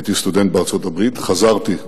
הייתי סטודנט בארצות-הברית, חזרתי למלחמה,